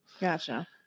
Gotcha